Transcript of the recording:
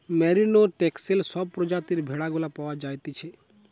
merino, Texel সব প্রজাতির ভেড়া গুলা পাওয়া যাইতেছে